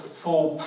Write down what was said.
full